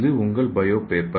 இது உங்கள் bio paper